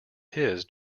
his